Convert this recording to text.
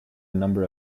number